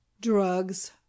drugs